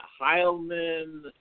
Heilman